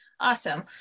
awesome